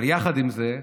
אבל יחד עם זה,